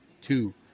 Two